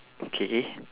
okay